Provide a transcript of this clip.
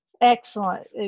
Excellent